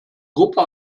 gruppe